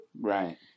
Right